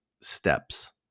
steps